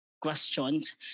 Questions